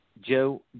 Joe